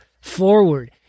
forward